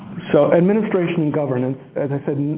so administration governance, as i said,